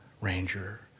ranger